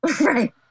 Right